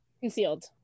Concealed